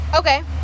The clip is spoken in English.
Okay